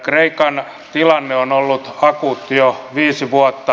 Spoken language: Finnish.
kreikan tilanne on ollut akuutti jo viisi vuotta